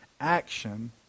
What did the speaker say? action